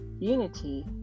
unity